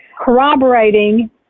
Corroborating